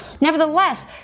Nevertheless